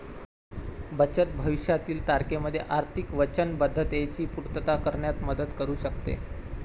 बचत भविष्यातील तारखेमध्ये आर्थिक वचनबद्धतेची पूर्तता करण्यात मदत करू शकते